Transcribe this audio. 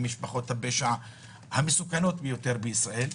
עם משפחות הפשע המסוכנות ביותר בישראל,